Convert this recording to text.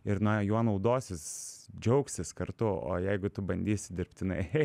ir na juo naudosis džiaugsis kartu o jeigu tu bandysi dirbtinai che